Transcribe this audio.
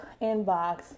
inbox